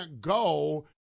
go